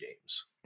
games